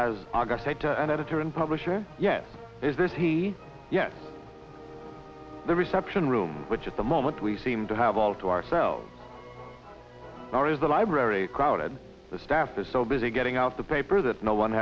said to an editor and publisher yet is this he yes the reception room which at the moment we seem to have all to ourselves or is the library crowded the staff is so busy getting out the paper that no one